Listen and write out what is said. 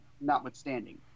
Notwithstanding